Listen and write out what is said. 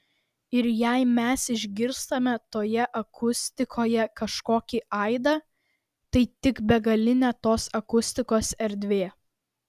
ir jei mes išgirstame toje akustikoje kažkokį aidą tai tik begalinė tos akustikos erdvė